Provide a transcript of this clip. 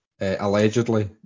allegedly